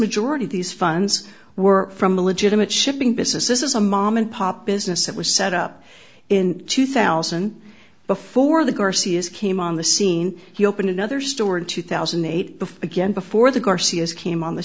majority of these funds were from a legitimate shipping business this is a mom and pop business it was set up in two thousand before the garcias came on the scene he opened another store in two thousand and eight before again before the garcias came on the